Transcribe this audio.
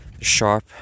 sharp